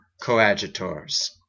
coadjutors